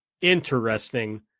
interesting